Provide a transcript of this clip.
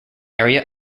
area